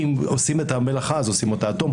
אם עושים את המלאכה, עושים אותה עד תום.